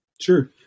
Sure